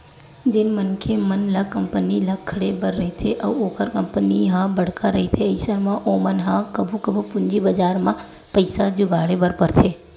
जेन मनखे मन ल कंपनी ल खड़े बर रहिथे अउ ओखर कंपनी ह बड़का रहिथे अइसन म ओमन ह कभू कभू पूंजी बजार म पइसा जुगाड़े बर परथे